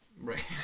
Right